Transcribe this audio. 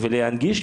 ולהנגיש,